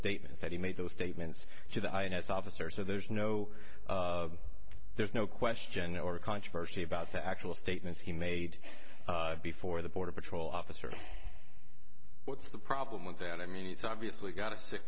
statements that he made those statements to the ins officer so there's no there's no question or controversy about the actual statements he made before the border patrol officer what's the problem with that i mean it's obviously got a sick